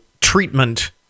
treatment